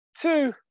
two